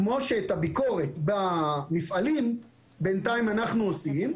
כמו שאת הביקורת במפעלים בינתיים אנחנו עושים,